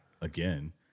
again